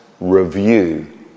review